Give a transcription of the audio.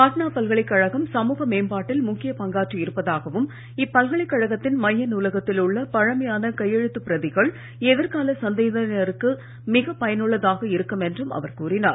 பாட்னா பல்கலைக்கழகம் சமூக மேம்பாட்டில் முக்கிய பங்காற்றி இருப்பதாகவும் இப்பல்கலைக்கழகத்தின் மைய நூலகத்தில் உள்ள பழமையான கையெழுத்துப் பிரதிகள் எதிர்கால சந்ததியினருக்கு மிகப் பயனுள்ளதாக இருக்கும் என்றும் அவர் கூறினார்